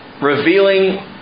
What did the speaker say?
revealing